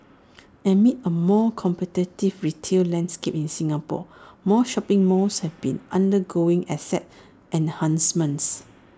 amid A more competitive retail landscape in Singapore more shopping malls have been undergoing asset enhancements